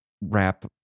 wrap